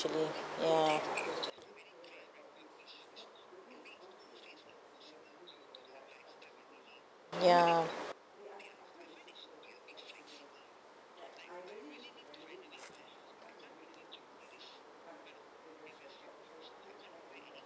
actually ya ya